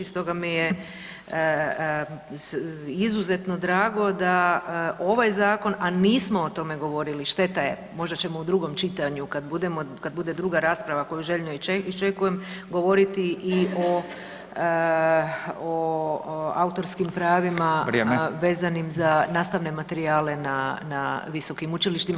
Stoga mi je izuzetno drago da ovaj zakon, a nismo o tome govorili šteta je, možda ćemo u drugom čitanju kad bude druga rasprava koju željno iščekujem govoriti i o autorskim pravima [[Upadica Radin: Vrijeme.]] vezanim za nastavne materijale na visokim učilištima.